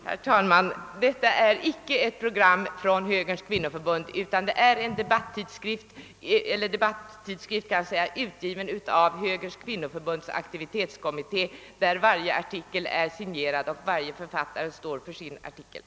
Herr talman! Detta är icke ett program från högerns kvinnoförbund. Det är en debattskrift, utgiven av högerns kvinnoförbunds aktivitetskommitté i vilken varje artikel är signerad och varje författare står för sina åsikter.